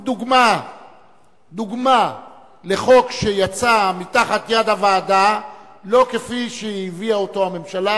הוא דוגמה לחוק שיצא מתחת יד הוועדה לא כפי שהביאה אותו הממשלה,